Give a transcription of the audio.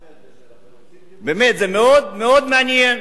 באמת, זה מאוד מעניין.